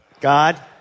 God